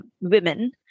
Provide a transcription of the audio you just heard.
women